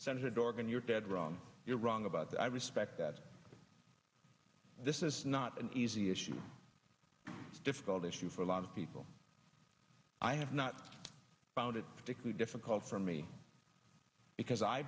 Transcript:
senator dorgan you're dead wrong you're wrong about that i respect that this is not an easy issue difficult issue for a lot of people i have not found it particularly difficult for me because i